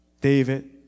David